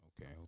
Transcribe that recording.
okay